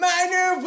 Minor